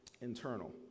internal